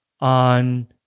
on